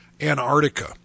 Antarctica